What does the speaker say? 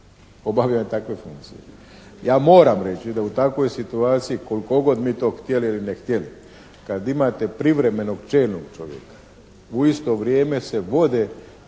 obavljanja takve funkcije. Ja moram reći da u takvoj situaciji koliko god mi to htjeli ili ne htjeli, kada imate privremenog čelnog čovjeka u isto vrijeme se vode